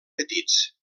petits